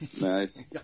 Nice